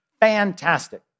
Fantastic